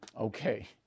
Okay